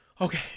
okay